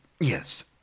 Yes